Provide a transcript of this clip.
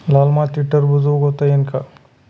लाल मातीत टरबूज उगवता येईल का?